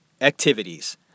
activities